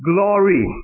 Glory